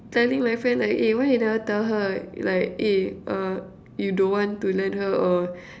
telling my friend like eh why you never tell her like eh uh you don't want to lend her or